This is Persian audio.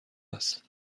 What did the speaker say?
است